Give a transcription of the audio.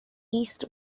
east